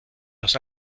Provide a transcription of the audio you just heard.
los